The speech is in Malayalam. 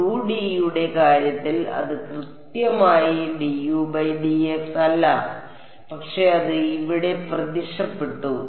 2D യുടെ കാര്യത്തിൽ അത് കൃത്യമായി dudx അല്ല പക്ഷേ അത് ഇവിടെ പ്രത്യക്ഷപ്പെട്ടു